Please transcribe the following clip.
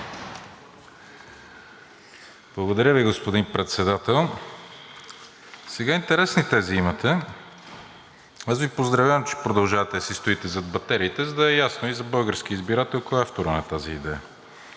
Благодаря Ви, господин Председател. Интересни тези имате. Аз Ви поздравявам, че продължавате да си стоите зад батериите, за да е ясно за българския избирател кой е авторът на тази идея.